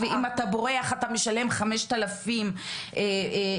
ואם אתה בורח אתה משלם חמשת אלפים יין,